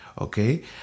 Okay